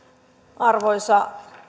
arvoisa